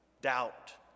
doubt